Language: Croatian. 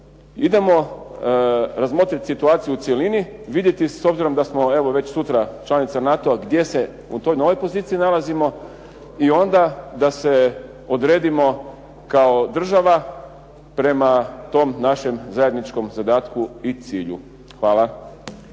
Idemo razmotriti situaciju u cjelini, vidjeti s obzirom da smo evo, već sutra članica NATO-a gdje se u toj novoj poziciji nalazimo i onda da se odredimo kao država prema tom našem zajedničkom zadatku i cilju. Hvala.